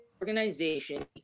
organization